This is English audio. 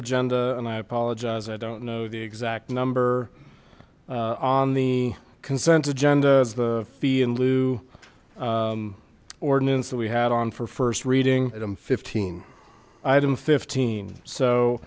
agenda and i apologize i don't know the exact number on the consent agenda as the fee and lieu ordinance that we had on for first reading item fifteen item fifteen so